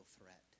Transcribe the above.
threat